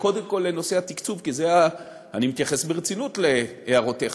אבל קודם כול לנושא התקצוב כי אני מתייחס ברצינות להערותיך.